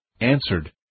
answered